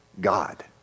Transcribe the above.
God